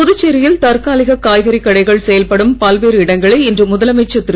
புதுச்சேரியில் தற்காலிக காய்கறி கடைகள் செயல்படும் பல்வேறு இடங்களை இன்று முதலமைச்சர் திரு